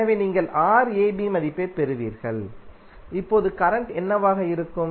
எனவே நீங்கள் Rab மதிப்பைப் பெறுவீர்கள் இப்போது கரண்ட் என்னவாக இருக்கும்